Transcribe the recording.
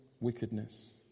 wickedness